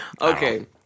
Okay